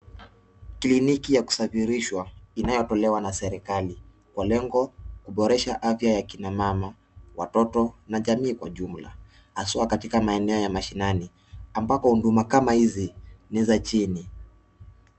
Kliniki ya kusafirishwa inayotolewa na serikali, kwa lengo kuboresha afya ya kina mama, watoto, na jamii kwa jumla, haswa katika maeneo ya mashinani ambako huduma kama hizi ni za chini.